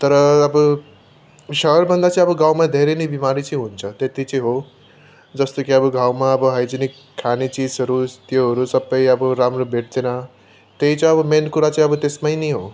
तर अब सहरभन्दा चाहिँ अब गाउँमा धेरै नै बिमारी चाहिँ हुन्छ त्यति चाहिँ हो जस्तो कि अब गाउँमा अब हाइजेनिक खाने चिजहरू त्योहरू सबै अब राम्रो भेट्दैन त्यही चाहिँ अब मेन कुरा चाहिँ अब त्यसमै नै हो